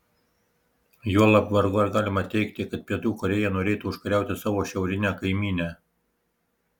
juolab vargu ar galima teigti kad pietų korėja norėtų užkariauti savo šiaurinę kaimynę